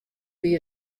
wie